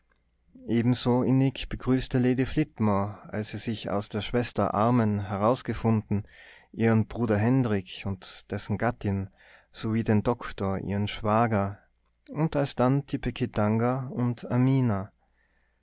ebenso innig begrüßte lady flitmore als sie sich aus der schwester armen herausgefunden ihren bruder hendrik und dessen gattin sowie den doktor ihren schwager und alsdann tipekitanga und amina